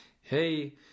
Hey